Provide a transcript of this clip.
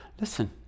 Listen